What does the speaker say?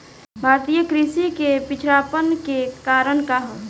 भारतीय कृषि क पिछड़ापन क कारण का ह?